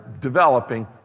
developing